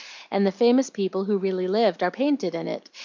and the famous people who really lived are painted in it,